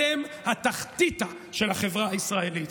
אתם התחתיתה של החברה הישראלית,